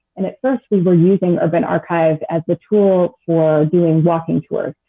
and at first we were using urban archives as the tool for doing walking tours.